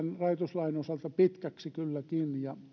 rajoituslain osalta pitkäksi kylläkin